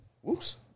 whoops